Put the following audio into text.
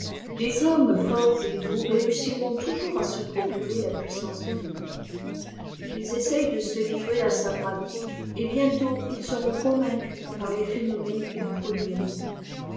les hommes forts et beaux réussiront toujours à se procurer la puissance magnétique qu'ils essayent de se livrer à sa pratique et bientôt ils seront convaincus par les phénomène qu'ils produiront